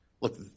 look